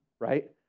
right